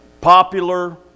popular